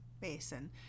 basin